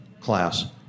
class